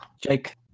jake